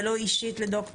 ולא אישית לד"ר לב.